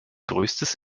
größtes